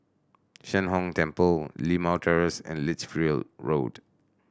Sheng Hong Temple Limau Terrace and Lichfield Road